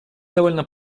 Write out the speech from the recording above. довольно